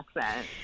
accent